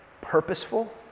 purposeful